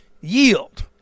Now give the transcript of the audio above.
Yield